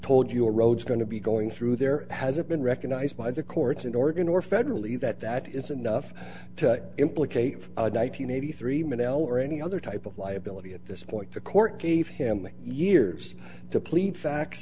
told you a road going to be going through there hasn't been recognized by the courts in oregon or federally that that is enough to implicate nine hundred eighty three min l or any other type of liability at this point the court gave him years to plead facts